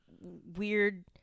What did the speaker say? weird